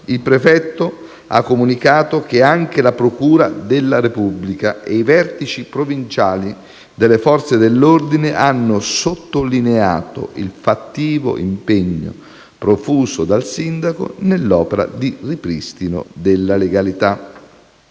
Il prefetto ha comunicato che anche la procura della Repubblica e i vertici provinciali delle Forze dell'ordine hanno sottolineato il fattivo impegno profuso dal sindaco nell'opera di ripristino della legalità.